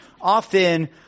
often